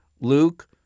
Luke